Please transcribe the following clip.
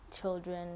children